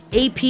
AP